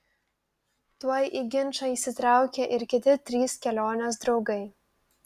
tuoj į ginčą įsitraukė ir kiti trys kelionės draugai